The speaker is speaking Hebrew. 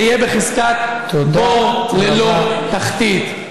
זה יהיה בבחינת בור ללא תחתית.